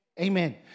Amen